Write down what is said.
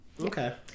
okay